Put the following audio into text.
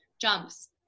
jumps